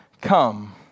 come